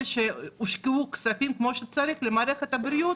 שהושקעו כספים כמו שצריך במערכת הבריאות,